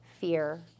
fear